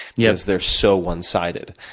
because they're so one sided.